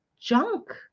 junk